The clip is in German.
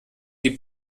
die